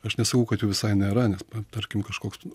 aš nesakau kad jų visai nėra nes tarkim kažkoks ten va